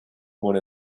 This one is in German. wurde